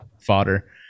fodder